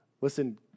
Listen